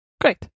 great